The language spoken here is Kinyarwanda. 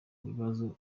bibazo